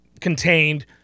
contained